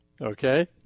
okay